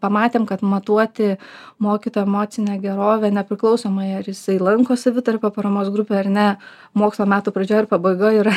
pamatėm kad matuoti mokytojo emocinę gerovę nepriklausomai ar jisai lanko savitarpio paramos grupę ar ne mokslo metų pradžioj ir pabaigoj yra